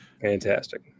fantastic